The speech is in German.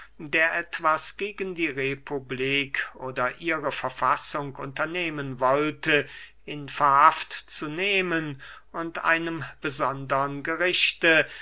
der etwas gegen die republik oder ihre verfassung unternehmen wollte in verhaft zu nehmen und einem besondern gerichte